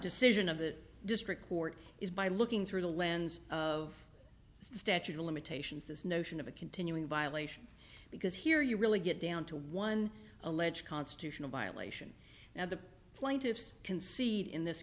decision of the district court is by looking through the lens of the statute of limitations this notion of a continuing violation because here you really get down to one alleged constitutional violation now the plaintiffs concede in this